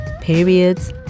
periods